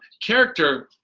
character